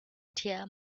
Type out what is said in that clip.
dear